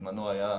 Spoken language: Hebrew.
המרחב הזה היום,